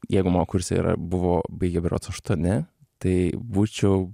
jeigu mano kurse yra buvo baigė berods aštuoni tai būčiau